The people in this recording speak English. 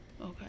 okay